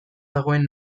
dagoen